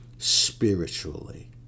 spiritually